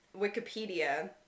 Wikipedia